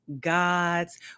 God's